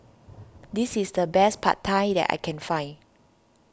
this is the best Pad Thai that I can find